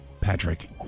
Patrick